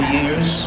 years